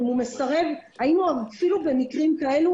אם הוא מסרב היינו אפילו במקרים כאלה